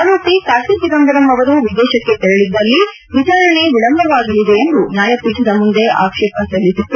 ಆರೋಪಿ ಕಾರ್ತಿಚಿದಂಬರಂ ಅವರು ವಿದೇಶಕ್ಕೆ ತೆರಳಿದ್ದಲ್ಲಿ ವಿಚಾರಣೆ ವಿಳಂಬವಾಗಲಿದೆ ಎಂದು ನ್ವಾಯಪೀಠದ ಮುಂದೆ ಆಕ್ಷೇಪ ಸಲ್ಲಿಸಿತ್ತು